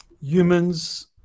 humans